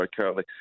currently